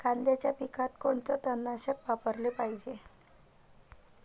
कांद्याच्या पिकात कोनचं तननाशक वापराले पायजे?